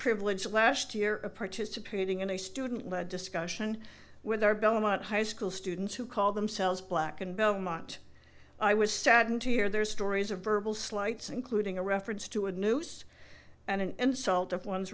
privilege last year of participating in a student led discussion with our belmont high school students who call themselves black and belmont i was saddened to hear their stories of verbal slights including a reference to a noose and an insult of one's